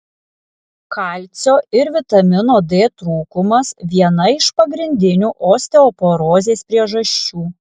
kalcio ir vitamino d trūkumas viena iš pagrindinių osteoporozės priežasčių